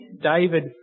David